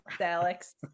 Alex